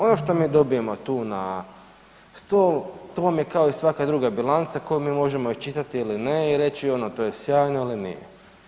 Ono što mi dobijemo tu na stol, to vam je kao i svaka druga bilanca koju mi možemo iščitati ili ne i reći ono to je sjajno ili nije.